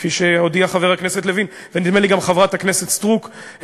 כפי שהודיע חבר הכנסת לוין ונדמה לי גם חברת הכנסת סטרוק,